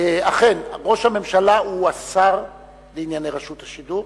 אכן, ראש הממשלה הוא השר לענייני רשות השידור,